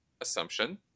assumption